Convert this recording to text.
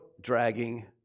dragging